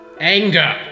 Anger